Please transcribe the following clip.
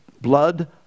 blood